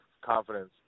confidence